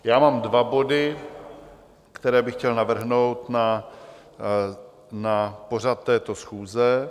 Já mám dva body, které bych chtěl navrhnout na pořad této schůze.